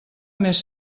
més